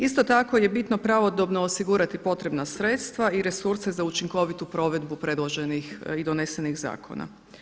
Isto tako je bitno pravodobno osigurati potrebna sredstva i resurse za učinkovitu provedbu predloženih i donesenih zakona.